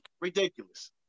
Ridiculous